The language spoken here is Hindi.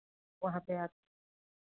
वहाँ पे आके